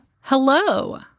Hello